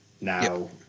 Now